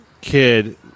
kid